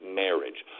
marriage